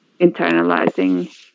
internalizing